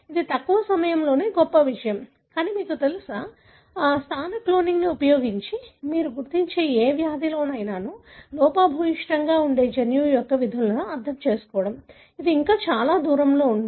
ఇది తక్కువ సమయంలోనే గొప్ప విజయం కానీ మీకు తెలుసా ఇంకా మీకు తెలుసా స్థాన క్లోనింగ్ను ఉపయోగించి మీరు గుర్తించే ఏ వ్యాధిలోనైనా లోపభూయిష్టంగా ఉండే జన్యువు యొక్క విధులను అర్థం చేసుకోవడం అది ఇంకా చాలా దూరంలో ఉంది